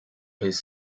his